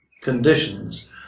conditions